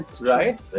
right